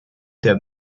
der